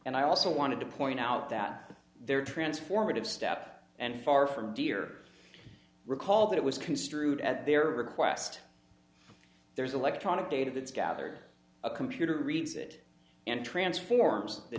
and i also wanted to point out that there transformative step and far from dear recall that it was construed at their request there's electronic data that's gathered a computer reads it and transforms the